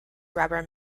rubber